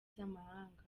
z’amahanga